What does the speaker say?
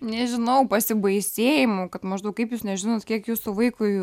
nežinau pasibaisėjimu kad maždaug kaip jūs nežinot kiek jūsų vaikui